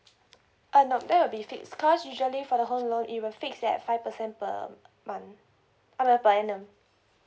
uh no that will be fixed cause usually for the home loan it will be fixed that five percent per month I mean per annum